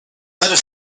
letter